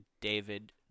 David